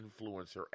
influencer